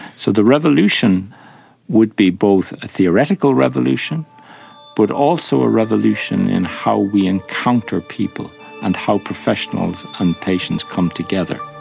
so the revolution would be both a theoretical revolution but also a revolution in how we encounter people and how professionals and patients come together.